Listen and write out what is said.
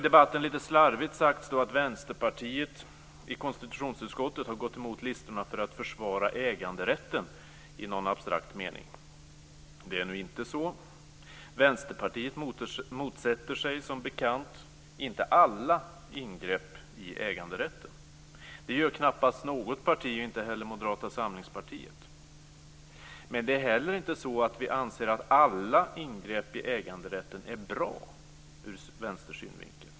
I debatten har det lite slarvigt sagts att Vänsterpartiet i konstitutionsutskottet har gått emot listorna för att försvara äganderätten i någon abstrakt mening. Det är inte så. Vänsterpartiet motsätter sig, som bekant, inte alla ingrepp i äganderätten. Det gör knappast något parti, inte heller Moderata samlingspartiet. Men det är heller inte så att vi anser att alla ingrepp i äganderätten är bra ur vänstersynvinkel.